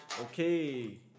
Okay